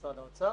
משרד האוצר.